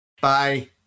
Bye